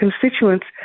constituents